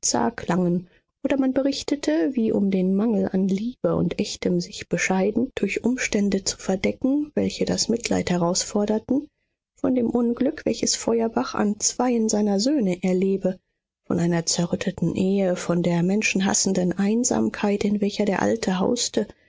klangen oder man berichtete wie um den mangel an liebe und echtem sichbescheiden durch umstände zu verdecken welche das mitleid herausforderten von dem unglück welches feuerbach an zweien seiner söhne erlebe von einer zerrütteten ehe von der menschenhassenden einsamkeit in welcher der alte hauste